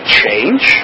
change